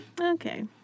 Okay